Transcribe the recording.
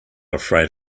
afraid